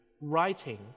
writing